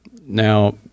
now